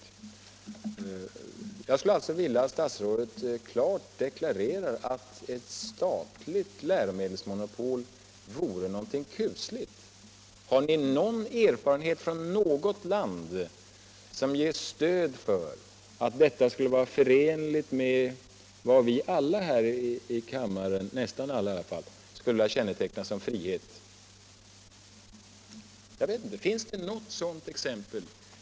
Jag skulle alltså vilja höra statsrådet klart deklarera att ett statligt läromedelsmonopol vore någonting kusligt. Har ni från något land någon erfarenhet som ger stöd för att detta skulle vara förenligt med vad vi alla — eller åtminstone nästan alla — här i kammaren skulle vilja känneteckna som frihet? Finns det någor sådant exempel?